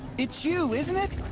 it's you, isn't it?